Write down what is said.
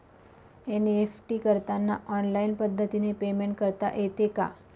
NEFT करताना online पद्धतीने payment करता येते का?